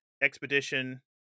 expedition